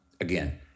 again